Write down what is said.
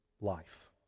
life